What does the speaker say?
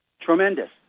tremendous